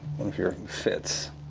your fits